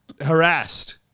harassed